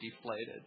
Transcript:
deflated